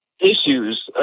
issues